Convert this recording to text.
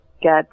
get